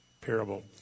parable